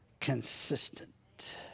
consistent